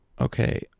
Okay